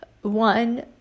one